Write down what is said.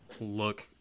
look